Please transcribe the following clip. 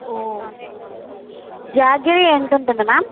ఓ జాంగిరి ఎంతుంటుంది మ్యామ్